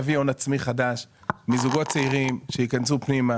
זה יביא הון עצמי חדש מזוגות צעירים שייכנסו פנימה